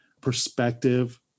perspective